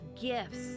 gifts